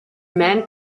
men